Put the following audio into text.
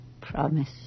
promise